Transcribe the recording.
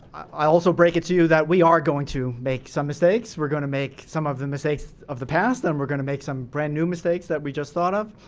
i also break it to you that we are going to make some mistakes, we're gonna make some of the mistakes of the past, and we're gonna make some brand new mistakes that we just thought of.